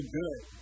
good